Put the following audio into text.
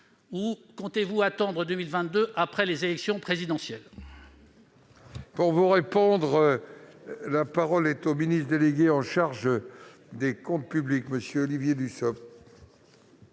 ou comptez-vous attendre 2022, une fois les élections présidentielles